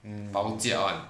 mm